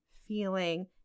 feeling